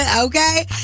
Okay